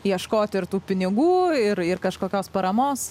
ieškoti ir tų pinigų ir ir kažkokios paramos